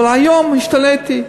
אבל היום השתניתי,